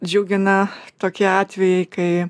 džiugina tokie atvejai kai